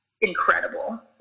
incredible